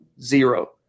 Zero